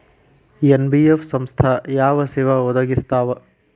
NBF ಸಂಸ್ಥಾ ಯಾವ ಸೇವಾ ಒದಗಿಸ್ತಾವ?